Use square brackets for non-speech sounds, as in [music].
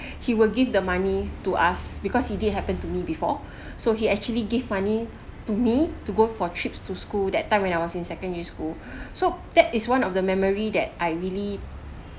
[breath] he will give the money to us because he did happened to me before [breath] so he actually gave money to me to go for trips to school that time when I was in secondary school [breath] so that is one of the memory that I really